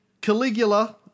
Caligula